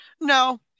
no